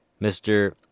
Mr